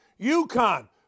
UConn